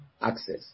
access